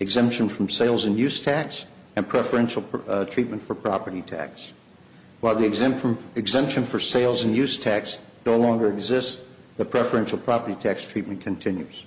exemption from sales and use tax and preferential treatment for property taxes while the exempt from exemption for sales and use tax dollar exists the preferential property tax treatment continues